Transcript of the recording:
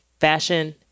fashion